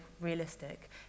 realistic